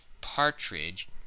partridge